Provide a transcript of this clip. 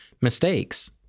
mistakes